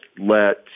let